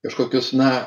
kažkokius na